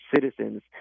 citizens